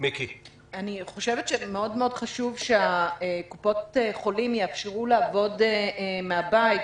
אני חושבת שמאוד חשוב שקופות החולים יאפשרו לעבוד מן הבית,